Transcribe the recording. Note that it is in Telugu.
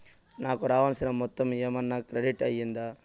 నాకు రావాల్సిన మొత్తము ఏమన్నా క్రెడిట్ అయ్యిందా